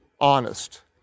honest